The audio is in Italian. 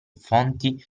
fonti